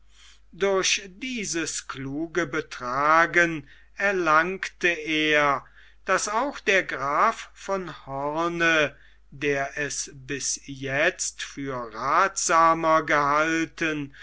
durch dieses kluge betragen erlangte er daß auch der graf von hoorn der es bis jetzt für rathsamer gehalten